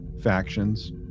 factions